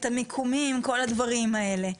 את המיקומים וכל הדברים האלה.